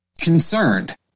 concerned